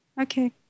Okay